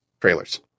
trailers